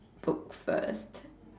books first